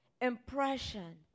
impression